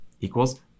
equals